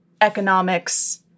economics –